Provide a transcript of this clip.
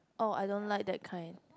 orh I don't like that kind